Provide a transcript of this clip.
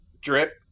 drip